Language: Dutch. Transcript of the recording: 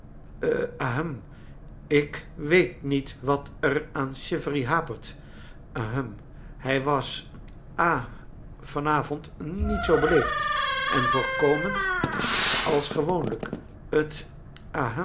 ik weet niet wat er aan chivery hapert ahem hij was ha van avond niet zoo beleefd en voorkomend als gewoonlijk het